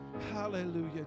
Hallelujah